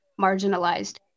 marginalized